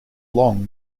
long